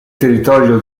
territorio